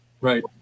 right